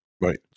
Right